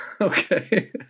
Okay